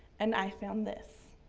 and i found this,